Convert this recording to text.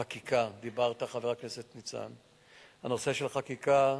חקיקה, דיברת, חבר הכנסת ניצן, בנושא חקיקה,